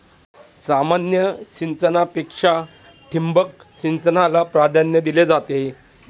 सामान्य सिंचनापेक्षा ठिबक सिंचनाला प्राधान्य दिले जाते